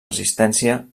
resistència